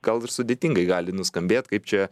gal ir sudėtingai gali nuskambėt kaip čia